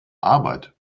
arbeit